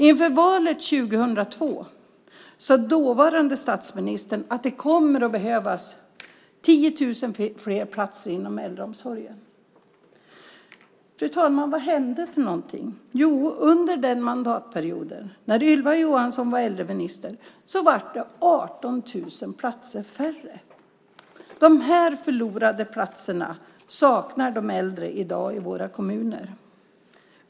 Inför valet 2002 sade dåvarande statsministern att det skulle komma att behövas 10 000 fler platser inom äldreomsorgen. Fru talman! Vad hände för någonting? Jo, under den mandatperioden, när Ylva Johansson var äldreminister, blev det 18 000 platser färre. De här förlorade platserna saknar de äldre i dag i våra kommuner.